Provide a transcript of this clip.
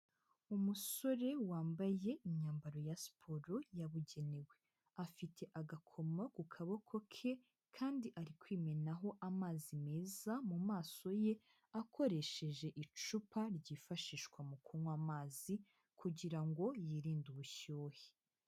Umusore wambaye imyambaro ya siporo yabugenewe, afite agakoma ku kaboko ke kandi ari kwimenaho amazi meza mumaso ye akoresheje icupa ryifashishwa mu kunywa amazi kugira ngo yirinde ubushyuhe.